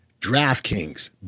DraftKings